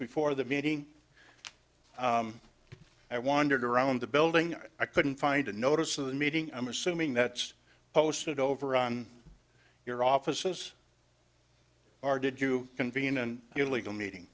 before the meeting i wandered around the building i couldn't find a notice of the meeting i'm assuming that's posted over on your offices are did you convene and your legal meeting